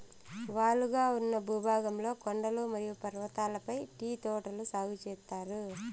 వాలుగా ఉన్న భూభాగంలో కొండలు మరియు పర్వతాలపై టీ తోటలు సాగు చేత్తారు